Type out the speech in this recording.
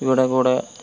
ഇവിടെ കൂടെ